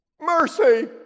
Mercy